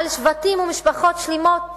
על שבטים ומשפחות שלמות